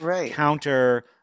counter